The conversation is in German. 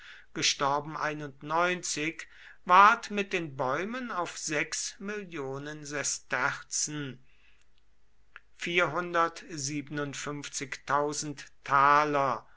ward mit den bäumen auf mill sesterzen